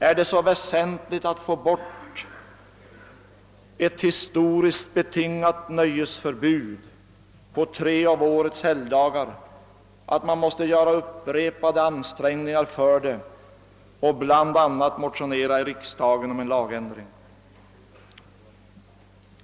Är det så väsentligt att få bort ett historiskt betingat nöjesförbud på tre av årets helgdagar att man måste göra upprepade ansträngningar för det och bl.a. motionera i riksdagen om en lagändring?